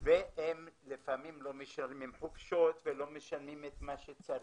והם לפעמים לא משלמים חופשות ולא משלמים את מה שצריך.